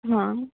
ହଁ